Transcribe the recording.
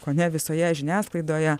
kone visoje žiniasklaidoje